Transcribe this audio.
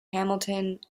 hamilton